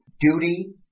duty